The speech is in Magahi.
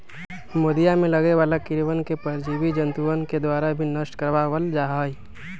मोदीया में लगे वाला कीड़वन के परजीवी जंतुअन के द्वारा भी नष्ट करवा वल जाहई